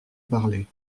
parler